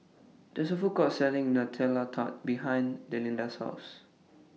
There IS A Food Court Selling Nutella Tart behind Delinda's House